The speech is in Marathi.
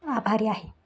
आभारी आहे